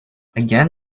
again